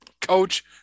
Coach